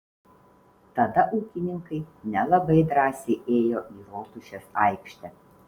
tada ūkininkai nelabai drąsiai ėjo į rotušės aikštę